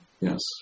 Yes